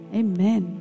amen